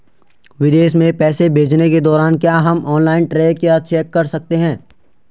विदेश में पैसे भेजने के दौरान क्या हम ऑनलाइन ट्रैक या चेक कर सकते हैं?